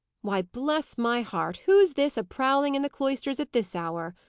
why, bless my heart, who's this, a prowling in the cloisters at this hour?